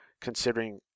considering